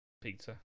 Pizza